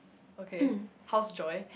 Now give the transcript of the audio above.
okay how's Joy